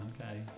Okay